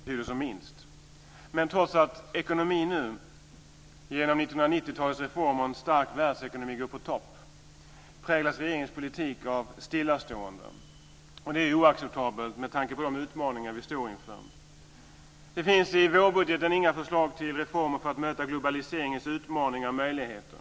Fru talman! Ingen reformpolitik, ingen budgetpolitik, ingen konjunkturpolitik - så måste tyvärr regeringens vårbudget dömas ut. Svensk ekonomi går i dag på högvarv, allra bäst går det i de delar av vårt näringsliv där socialdemokratisk politik betyder som minst. Trots att ekonomin nu genom 1990-talets reformer och en stark världsekonomi går på topp, präglas regeringens politik av stillastående. Det är occeptabelt med tanke på de utmaningar som vi står inför. Det finns i vårbudgeten inga förslag till reformer för att möta globaliseringens utmaningar och möjligheter.